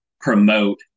promote